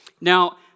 Now